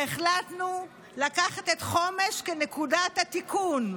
והחלטנו לקחת את חומש כנקודת התיקון.